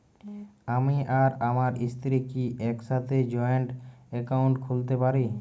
আমি আর আমার স্ত্রী কি একসাথে জয়েন্ট অ্যাকাউন্ট খুলতে পারি?